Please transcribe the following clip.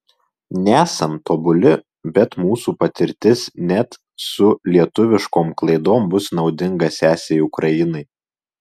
nesam tobuli bet mūsų patirtis net su lietuviškom klaidom bus naudinga sesei ukrainai